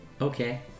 okay